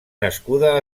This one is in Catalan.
nascuda